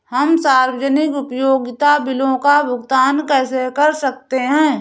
हम सार्वजनिक उपयोगिता बिलों का भुगतान कैसे कर सकते हैं?